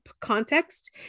context